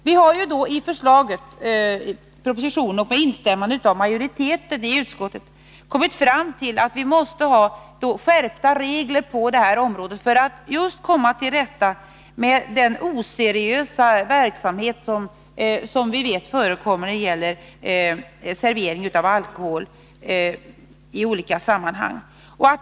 Vi har i propositionen kommit fram till, och utskottsmajoriteten instämmer i det, att vi måste ha skärpta regler för att komma till rätta med den oseriösa verksamhet som förekommer när det gäller servering av alkohol i olika sammanhang.